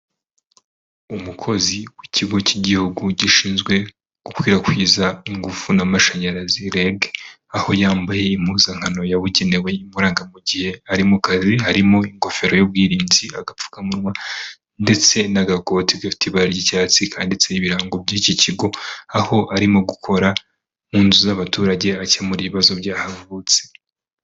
Umukozi w'ikigo cy'igihugu gishinzwe gukwirakwiza ingufu n'amashanyarazi REG, aho yambaye impuzankano yabugenewe, imuranga mu gihe ari mu kazi, harimo ingofero y'ubwirinzi, agapfukamunwa ndetse n'agakoti gafite ibara ry'icyatsi kanditseho ibirango by'iki kigo, aho arimo gukora inzu z'abaturage akemura ibibazo byahavutse.